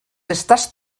estàs